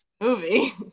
movie